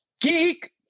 Geek